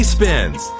Spins